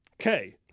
Okay